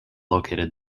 located